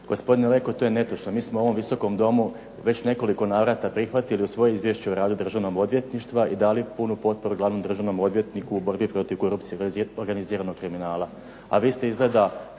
Gospodine Leko to je netočno. Mi smo u ovom Visokom domu već u nekoliko navrata prihvatili i usvojili Izvješće o radu Državnog odvjetništva i dali punu potporu Glavnom državnom odvjetniku u borbi protiv korupcije i organiziranog kriminala.